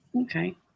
Okay